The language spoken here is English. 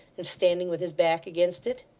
and standing with his back against it.